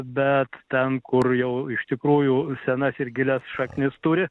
bet ten kur jau iš tikrųjų senas ir gilias šaknis turi